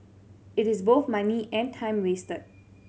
it is both money and time wasted